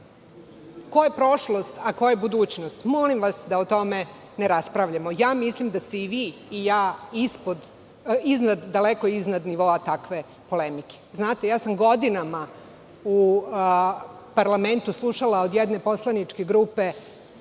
ko je prošlost, a ko je budućnost, molim vas da o tome ne raspravljamo. Mislim da ste i vi i ja iznad polemike. Ja sam godinama u parlamentu slušala od jedne poslaničke grupe